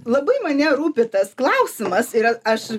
labai mane rūpi tas klausimas ir a aš